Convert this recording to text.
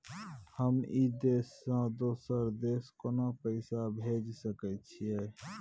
हम ई देश से दोसर देश केना पैसा भेज सके छिए?